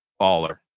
Baller